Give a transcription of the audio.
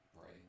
Right